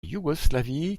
yougoslavie